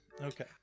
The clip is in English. Okay